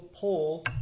pull